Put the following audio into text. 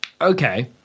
Okay